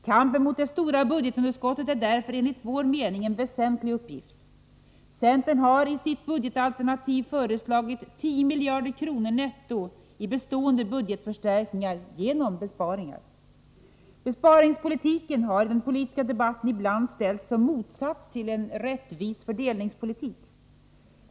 Kampen mot det stora budgetunderskottet är därför enligt vår mening en väsentlig uppgift. Centern har i sitt budgetalternativ föreslagit 10 miljarder kronor netto i bestående budgetförstärkningar genom besparingar. Besparingspolitiken har i den politiska debatten ibland ställts i motsats till en rättvis fördelningspolitik.